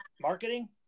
marketing